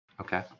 Okay